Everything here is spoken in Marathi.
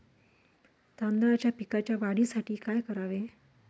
तांदळाच्या पिकाच्या वाढीसाठी काय करावे?